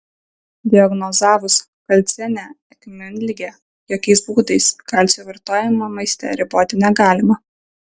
diagnozavus kalcinę akmenligę jokiais būdais kalcio vartojimo maiste riboti negalima